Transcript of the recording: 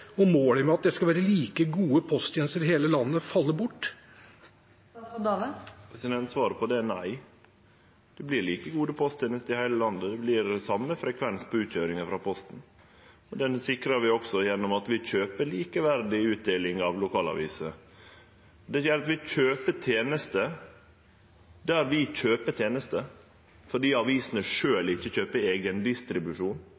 og målet med at det skal være like gode posttjenester i hele landet, faller bort? Svaret på det er nei. Det vert like gode posttenester i heile landet. Det vert den same frekvensen på utkøyring frå Posten. Det sikrar vi også ved at vi kjøper likeverdig utdeling av lokalaviser. Det gjer at der vi, staten, kjøper tenester fordi avisene sjølve ikkje kjøper